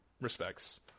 respects